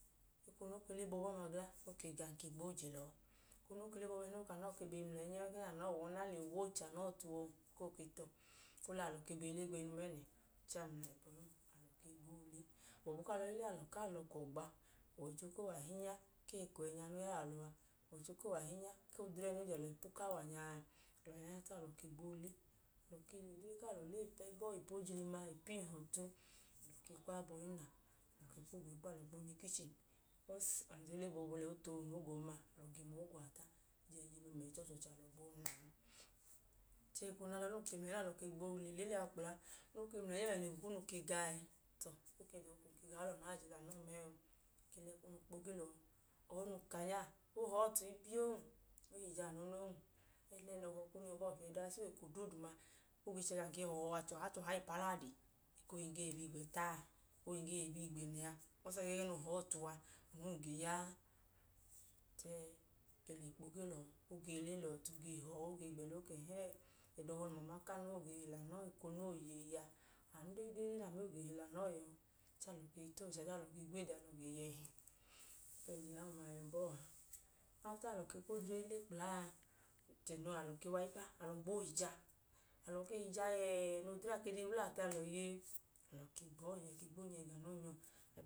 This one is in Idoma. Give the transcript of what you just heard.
Eko nẹ o ke le boobu ọma gla, o ke ga, ng gbọọ ooje lẹ ọọ. Eko nẹ o ke le boobu ọma glan, nẹ o ka ẹgẹẹ nẹ anọọ wu ọna lẹ a, owu ọ che anọọ ọtu o ng ka o ke tọ. Oliya, alọ ke bi e le gbeyi nu mẹẹnẹ. chẹẹ, ami mla ẹkunu, alọ ke gboo le. Gbọbu ku alọ i le, alọ lẹ ọkọ gba. Ọwọicho koo wẹ ahinya ku eko ẹẹnẹ o ya lẹ alọ a, ọwọicho koo wẹ ahinya ohigbu ku odre ẹẹ nẹ o je lẹ alọ ipu ku awa nya a. Chẹẹ alọ ke gboo le. Alọ lẹ odre ku alọ le ipu ẹbọ, ipu ojilima, ipu ihọtu. Alọ kwu ogo i kpo, alọ kwu bi ga ukichini because a lẹ odre le boobu liya, o too na ogon ma, alọkemaogo a ta. Ẹjẹnjinu mẹ ẹẹ, chẹẹ ọchọọchi alọ ke gboo na ọọ. Chẹẹ eko nẹ ada-ọbum ke mlẹnyọ nẹ eko o ọhọ num ka nya, o họọ ọtu ibi oon. O hija anu noo. Ẹnẹnẹ ọhọ kunu yọ bọọ fiyẹ duu a. So, eko dooduma o ge chẹ gam ge he ọhọ a chọha chọha ipu aladi. Ekohi, ng ge he bu igbẹta a, ekohi ng ge he bu igbẹnẹ a. because, ẹgẹẹ nẹ o he ọọ ọtu a, anu num ge ya a. Chẹẹ ng ke le kpo ge lẹ ọọ, chẹẹ o ke ka ẹdọ ọhọ nẹ umama ku anọọ o ge he lẹ anọọ eko nẹ ọọ yeyi a, ẹgọma nẹ ami ọ ge he lẹ anọọ yọ a. Chẹẹ, alọ ke i taọwọicho ahinya, alọ ge gwede, alọ ge hẹhẹ. So ẹjila ọma yọ bọọ a. Afta, alọ ke kwu odre i le kpla a, alọ ke wa i ba, alọ ke wa ke gboo hija yẹẹ, nẹ odre a ke dee wla tu alọ iye, ọnyọọnyẹ ke gbọọ oonyẹ ga ẹga noo he ọọ ọtu.